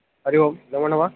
हरिः ओं नमोनमः